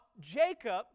Jacob